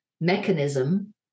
mechanism